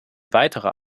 weiterer